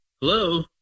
Hello